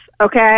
okay